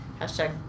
Hashtag